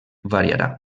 variarà